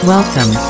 Welcome